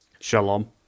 Shalom